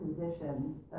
position